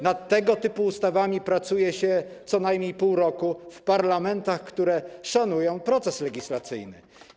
Nad tego typu ustawami pracuje się co najmniej pół roku w parlamentach, które szanują proces legislacyjny.